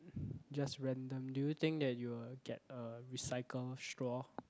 just random do you think that you will get a recycle straw